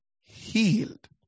healed